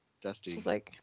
Dusty